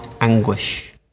anguish